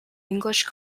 english